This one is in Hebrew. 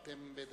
יש